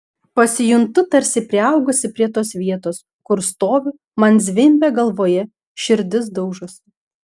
pasijuntu tarsi priaugusi prie tos vietos kur stoviu man zvimbia galvoje širdis daužosi